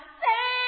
say